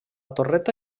torreta